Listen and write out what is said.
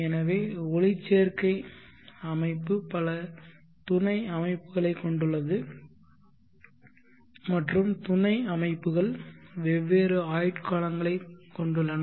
எனவே ஒளிச்சேர்க்கை அமைப்பு பல துணை அமைப்புகளைக் கொண்டுள்ளது மற்றும் துணை அமைப்புகள் வெவ்வேறு ஆயுட்காலங்களைக் கொண்டுள்ளன